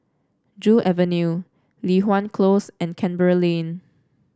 Joo Avenue Li Hwan Close and Canberra Lane